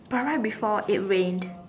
but right before it rained